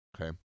Okay